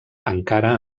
encara